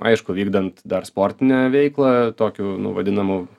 aišku vykdant dar sportinę veiklą tokiu nu vadinamu